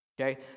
Okay